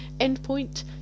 Endpoint